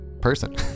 person